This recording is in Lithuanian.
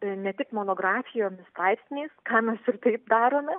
ne tik monografijomis straipsniais ką mes ir taip darome